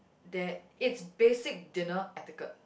there it's basic dinner etiquette